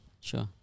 Sure